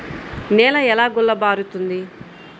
నేల ఎలా గుల్లబారుతుంది?